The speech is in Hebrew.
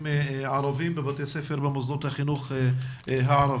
ערביים בבתי ספר ומוסדות החינוך הערביים,